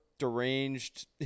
deranged